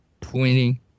pointing